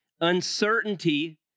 uncertainty